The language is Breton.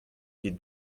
ket